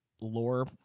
lore